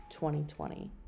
2020